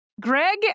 Greg